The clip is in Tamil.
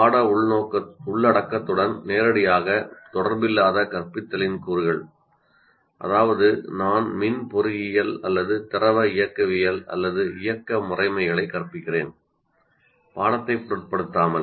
பாட உள்ளடக்கத்துடன் நேரடியாக தொடர்பில்லாத கற்பித்தலின் கூறுகள் அதாவது நான் மின் பொறியியல் அல்லது திரவ இயக்கவியல் அல்லது இயக்க முறைமைகளை கற்பிக்கிறேன் பாடத்தைப் பொருட்படுத்தாமல்